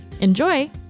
Enjoy